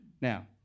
Now